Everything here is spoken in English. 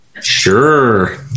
Sure